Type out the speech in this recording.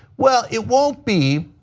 well, it won't be.